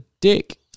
Dick